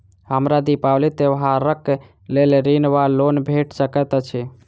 हमरा दिपावली त्योहारक लेल ऋण वा लोन भेट सकैत अछि?